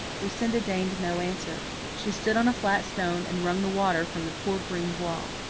lucinda deigned no answer. she stood on a flat stone and wrung the water from the poor green voile.